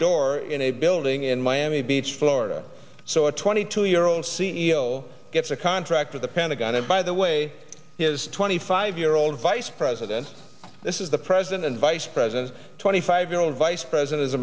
door in a building in miami beach florida so a twenty two year old c e o gets a contract with the pentagon and by the way his twenty five year old vice president this is the president and vice president twenty five year old vice president